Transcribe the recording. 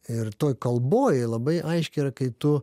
ir toj kalboj labai aiškiai yra kai tu